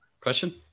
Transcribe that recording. question